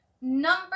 Number